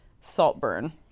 Saltburn